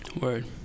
Word